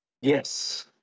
Yes